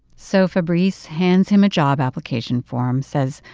so fabrice hands him a job application form, says,